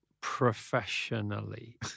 professionally